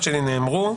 נאמרו.